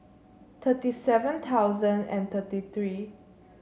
thirty seven thousand and thirty three